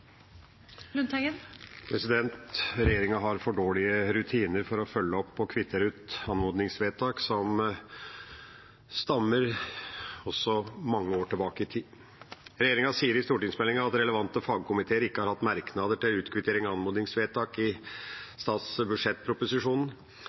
Regjeringa har for dårlige rutiner for å følge opp og kvittere ut anmodningsvedtak, også vedtak som stammer fra mange år tilbake i tid. Regjeringa sier i stortingsmeldinga at relevante fagkomiteer ikke har hatt merknader til utkvittering av anmodningsvedtak i